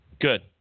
Good